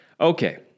Okay